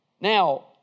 now